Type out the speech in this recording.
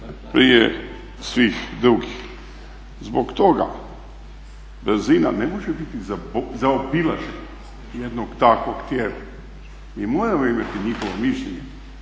prije svih drugih. Zbog toga razina ne može biti zaobilaženje jednog takvog tijela. Mi moramo imati njihovo mišljenje